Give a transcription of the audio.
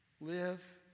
live